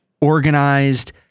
organized